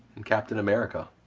and captain america.